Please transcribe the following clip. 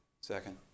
Second